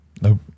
Nope